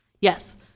Yes